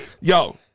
yo